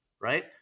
Right